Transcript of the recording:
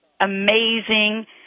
amazing